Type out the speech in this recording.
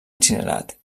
incinerat